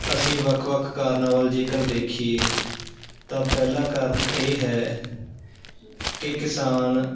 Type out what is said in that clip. ਅਸੀਂ ਵੱਖ ਵੱਖ ਕਾਰਨਾਂ ਵੱਲ ਜੇਕਰ ਦੇਖੀਏ ਤਾਂ ਪਹਿਲਾਂ ਕਾਰਨ ਇਹ ਹੈ ਕਿ ਕਿਸਾਨ